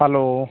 hello